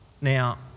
Now